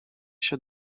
się